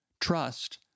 trust